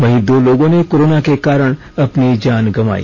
वहीं दो लोगों ने कोरोना के कारण अपनी जान गंवाई